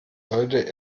sollte